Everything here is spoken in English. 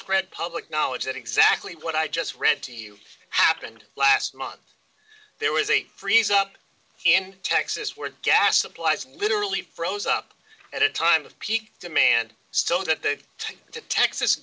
spread public knowledge that exactly what i just read to you happened last month there was a freeze up in texas where gas supplies literally froze up at a time of peak demand so that the t